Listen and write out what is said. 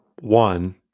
one